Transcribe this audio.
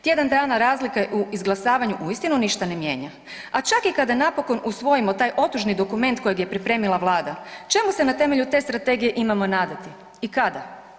Tjedan dana razlike u izglasavanju uistinu ništa ne mijenja, a čak i kada napokon usvojimo taj otužni dokument kojeg je pripremila vlada, čemu se na temelju te strategije imamo nadati i kada?